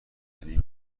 یعنی